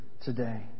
today